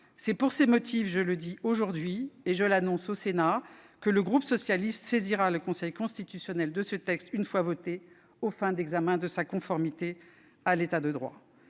C'est pour ces motifs, je l'annonce aujourd'hui au Sénat, que le groupe socialiste saisira le Conseil constitutionnel de ce texte, une fois voté, aux fins d'examen de sa conformité à l'État de droit.